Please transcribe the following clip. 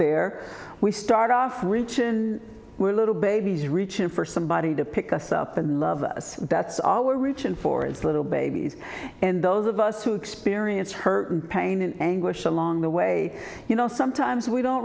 there we start off rich and we're little babies reaching for somebody to pick us up and love us that's all we're reaching for it's little babies and those of us who experience her pain and anguish along the way you know sometimes we don't